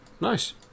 Nice